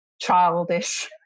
childish